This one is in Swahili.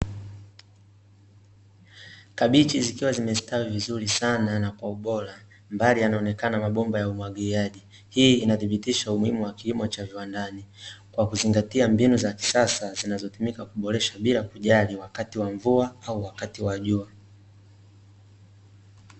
Kabichi zikiwa zimestawi vizuri sana na kwa ubora, mbali yanaonekana mabomba ya umwagiliaji. Hii inathibitisha umuhimu wa kilimo cha viwandani, kwa kuzingatia mbinu za kisasa, zinazotumika kuboresha bila kujali wakati wa mvua, au wakati wa jua.